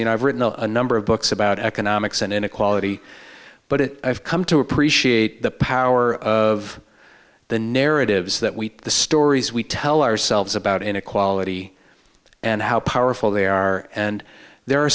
you know i've written a number of books about economics and inequality but it i've come to appreciate the power of the narratives that we the stories we tell ourselves about inequality and how powerful they are and there are